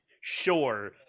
sure